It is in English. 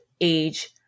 age